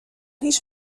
هیچ